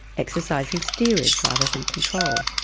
exercising steerage rather than control,